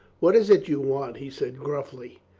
what is it you want? he said gruffly.